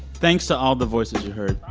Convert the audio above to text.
thanks to all the voices you heard.